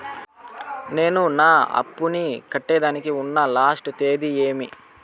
నేను నా అప్పుని కట్టేదానికి ఉన్న లాస్ట్ తేది ఏమి?